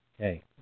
Okay